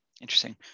Interesting